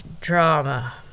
drama